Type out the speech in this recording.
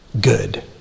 good